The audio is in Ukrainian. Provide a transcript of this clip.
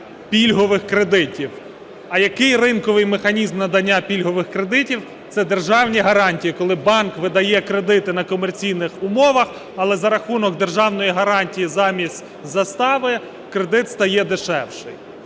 пільгових кредитів. А який ринковий механізм надання пільгових кредитів? Це державні гарантії, коли банк видає кредити на комерційних умовах, але за рахунок державної гарантії замість застави кредит стає дешевший.